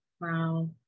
wow